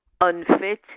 unfit